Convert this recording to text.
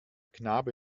knabe